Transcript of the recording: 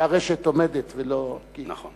שהרשת עומדת ולא, נכון.